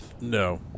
No